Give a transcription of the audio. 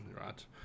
right